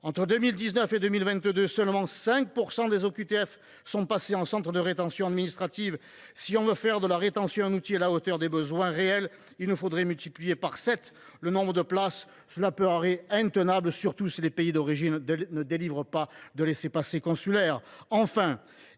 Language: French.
Entre 2019 et 2022, seulement 5 % des personnes sous OQTF sont passées en centre de rétention administrative. Si l’on veut faire de la rétention un outil à la hauteur des besoins réels, il nous faudrait multiplier par sept le nombre de places, ce qui paraît intenable, surtout si les pays d’origine ne délivrent pas de laissez passer consulaires.